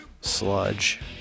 sludge